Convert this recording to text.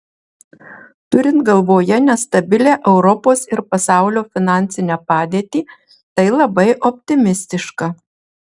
turint galvoje nestabilią europos ir pasaulio finansinę padėtį tai labai optimistiška